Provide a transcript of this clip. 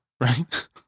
Right